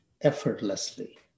effortlessly